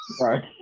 right